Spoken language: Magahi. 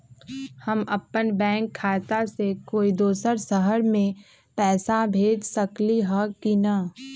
हम अपन बैंक खाता से कोई दोसर शहर में पैसा भेज सकली ह की न?